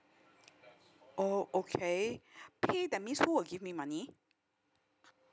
oh okay pay that means who will give me money